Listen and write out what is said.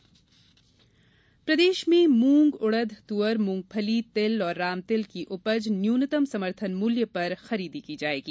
समर्थन मूल्य प्रदेश में मूँग उड़द तुअर मूँगफली तिल और रामतिल की उपज न्यूनतम समर्थन मूल्य पर खरीदी जायेगी